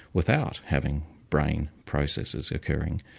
without having brain processes occurring.